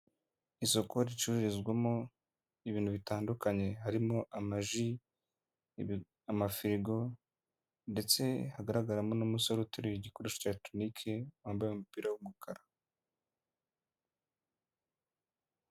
Isoko ricururizwamo ibintu bitandukanye, harimo amaji, amafirigo ndetse hagaragaramo n'umusore uteruye igikoresho cya eregitoroniki wambaye umupira w'umukara.